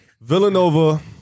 Villanova